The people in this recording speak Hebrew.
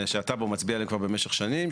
שהטאבו מצביע עליהן כבר במשך שנים,